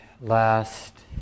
last